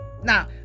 Now